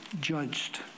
judged